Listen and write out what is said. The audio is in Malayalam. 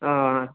ആഹ്